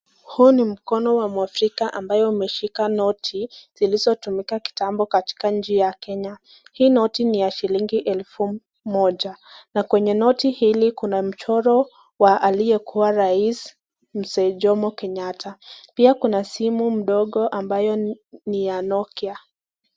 Huu ni mkono wa mwafrika ambaye umeshika noti zilizotumika kitambo katika nchi ya Kenya. Hii noti ni ya shilingi elfu moja, na kwenye noti hili kuna mchoro wa aliyekuwa rais mzee Jomo Kenyatta. Pia kuna simu mdogo ambayo ni ya Nokia .